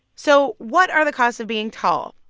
so what are the costs of being tall?